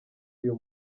uyu